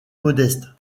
modeste